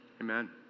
Amen